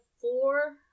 four